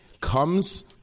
comes